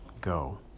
go